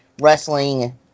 Wrestling